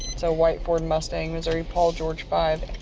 so white ford mustang, missouri paul george five.